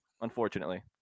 unfortunately